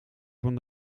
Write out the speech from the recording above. van